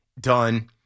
done